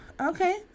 okay